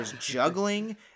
juggling